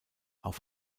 auf